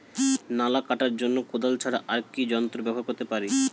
নালা কাটার জন্য কোদাল ছাড়া আর কি যন্ত্র ব্যবহার করতে পারি?